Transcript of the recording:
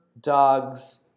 dog's